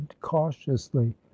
cautiously